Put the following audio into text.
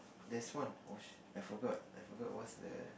there is one oh shi~ I forgot I forgot what's the